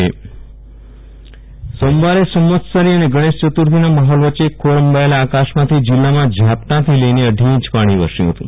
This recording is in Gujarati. વિરલ રાણા વરસાદ સોમવારે સવંત્સરી અને ગણેશયતુર્થી ના માહોલ વચ્ચે ગોરંભાયેલા આકાશમાંથી જીલ્લામાં ઝાપટાથી લઈને અઢી ઇંચ પાણી વરસ્યું હતું